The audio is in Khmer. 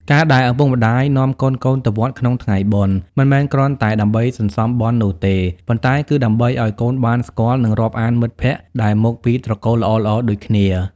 ការដែលឪពុកម្ដាយនាំកូនៗទៅវត្តក្នុងថ្ងៃបុណ្យ មិនមែនគ្រាន់តែដើម្បីសន្សំបុណ្យនោះទេ ប៉ុន្តែគឺដើម្បីឱ្យកូនបានស្គាល់ និងរាប់អានមិត្តភក្តិដែលមកពីត្រកូលល្អៗដូចគ្នា។